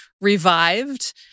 revived